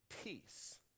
peace